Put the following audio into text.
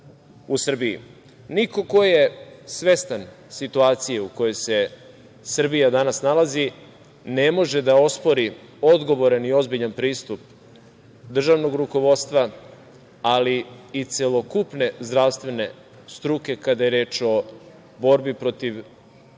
ko je svestan situacije u kojoj se Srbija danas nalazi ne može da ospori odgovoran i ozbiljan pristup državnog rukovodstva, ali i celokupne zdravstvene struke kada je reč o borbi protiv